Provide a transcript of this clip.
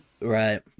Right